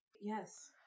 Yes